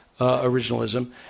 originalism